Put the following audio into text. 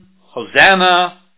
Hosanna